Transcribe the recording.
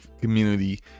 community